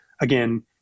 again